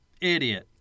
Idiot